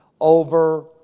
over